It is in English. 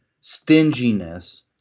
stinginess